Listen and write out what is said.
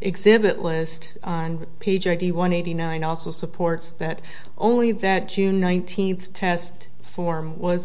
exhibit list on page eighty one eighty nine also supports that only that june nineteenth test form was